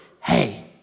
hey